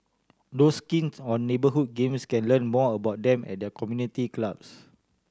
those keen on the neighbourhood games can learn more about them at their community clubs